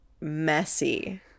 messy